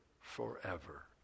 forever